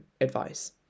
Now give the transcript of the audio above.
advice